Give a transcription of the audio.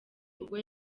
ubwo